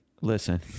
listen